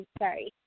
sorry